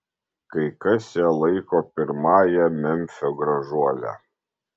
kai kas ją laiko pirmąja memfio gražuole